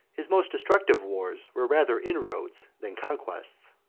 his most destructive wars were rather inroads than conquests.